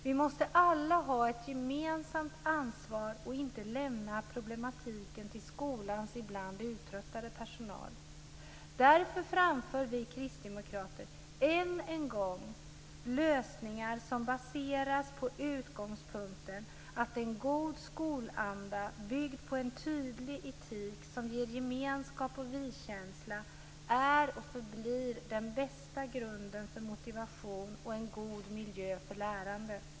Vi måste alla ta ett gemensamt ansvar och inte lämna problematiken till skolans ibland uttröttade personal. Därför framför vi kristdemokrater än en gång lösningar som baseras på utgångspunkten att en god skolanda, byggd på en tydlig etik, som ger gemenskap och vi-känsla är och förblir den bästa grunden för motivation och en god miljö för lärande.